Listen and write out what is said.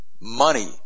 money